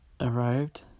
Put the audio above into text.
arrived